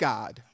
God